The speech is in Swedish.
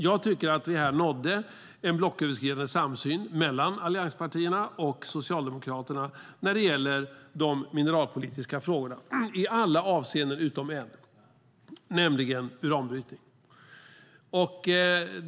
Jag tycker att vi här nådde en blocköverskridande samsyn mellan allianspartierna och Socialdemokraterna när det gäller de mineralpolitiska frågorna i alla avseenden utom ett, nämligen uranbrytningen.